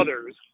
others